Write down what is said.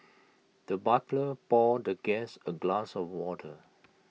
the butler poured the guest A glass of water